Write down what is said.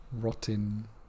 rotten